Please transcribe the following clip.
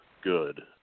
good